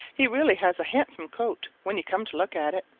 he really has a handsome coat when you come to look at it.